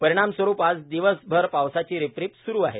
परिणामस्वरूप आज दिवस भर पावसाची रिपरिप स्रु आहे